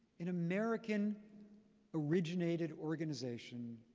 an american originated organization.